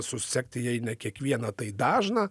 susekti jei ne kiekvieną tai dažną